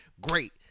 Great